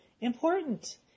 important